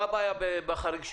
מה הבעיה בחריג 2?